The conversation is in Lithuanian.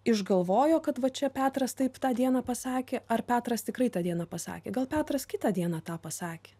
išgalvojo kad va čia petras taip tą dieną pasakė ar petras tikrai tą dieną pasakė gal petras kitą dieną tą pasakė